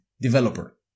developer